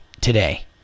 today